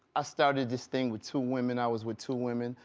i started this thing with two women, i was with two women.